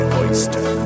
oyster